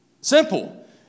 Simple